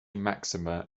maxima